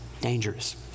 dangerous